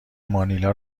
مانیلا